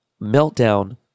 meltdown